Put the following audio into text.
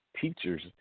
teachers